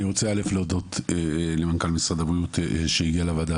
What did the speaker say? אני רוצה להודות למנכ"ל משרד הבריאות שהגיע לוועדה